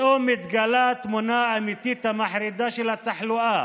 פתאום מתגלה התמונה האמיתית המחרידה של התחלואה,